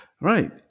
Right